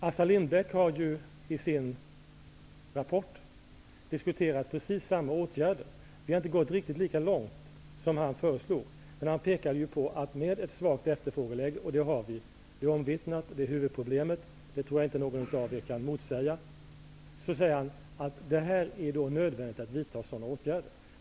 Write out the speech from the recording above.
Assar Lindbeck har i sin rapport diskuterat precis samma åtgärder. Vi har inte gått riktigt lika långt som han föreslog. Han pekade på att det i det svaga efterfrågeläget -- det är omvittnat att det är huvudproblemet, det tror jag inte att någon av er kan motsäga -- är nödvändigt att vidta sådana åtgärder.